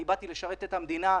אני באתי לשרת את המדינה.